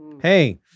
Hey